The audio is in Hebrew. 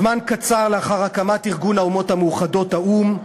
זמן קצר לאחר הקמת ארגון האומות המאוחדות, האו"ם,